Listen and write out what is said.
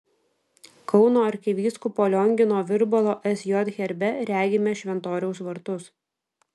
kauno arkivyskupo liongino virbalo sj herbe regime šventoriaus vartus